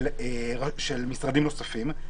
של משרדים נוספים,